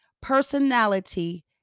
personality